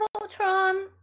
Ultron